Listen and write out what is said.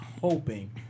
hoping